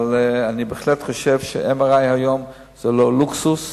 אבל אני בהחלט חושב ש-MRI היום זה לא לוקסוס,